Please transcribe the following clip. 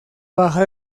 baja